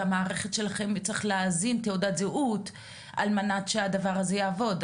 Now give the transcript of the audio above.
ובמערכת שלכם צריך להזין תעודת זהות על מנת שהדבר הזה יעבוד.